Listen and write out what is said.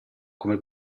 come